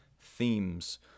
themes